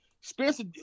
Spencer